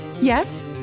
Yes